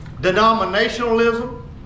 denominationalism